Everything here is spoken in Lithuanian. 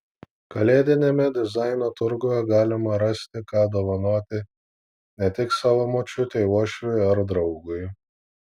kalėdiniame dizaino turguje galima rasti ką dovanoti ne tik savo močiutei uošviui ar draugui